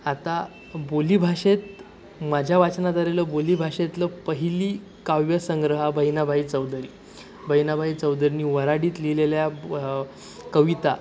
आता बोलीभाषेत माझ्या वाचनात आलेलं बोलीभाषेतलं पहिली काव्य संग्रह हा बहिणाबाई चौधरी बहिणाबाई चौधरीनी वऱ्हाडीत लिहिलेल्या कविता